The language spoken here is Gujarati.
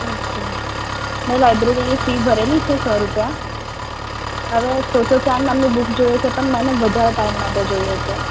ઓકે મેં લાઇબ્રેરીની ફી ભરેલી છે સો રૂપિયા હવે તો તો ચાંદ નામની બૂક જોઈએ પણ મને વધારે ટાઈમ માટે જોઈએ છે